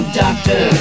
doctor